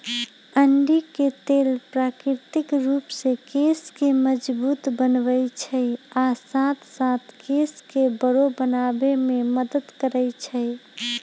अंडी के तेल प्राकृतिक रूप से केश के मजबूत बनबई छई आ साथे साथ केश के बरो बनावे में मदद करई छई